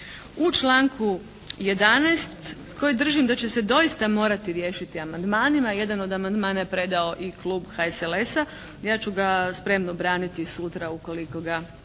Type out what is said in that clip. U članku 11. za kojeg držim da će se doista morati riješiti amandmanima. Jedan od amandmana je predao i Klub HSLS-a. Ja ću ga spremno braniti sutra ukoliko ga